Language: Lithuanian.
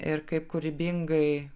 ir kaip kūrybingai